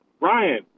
Ryan